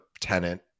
tenant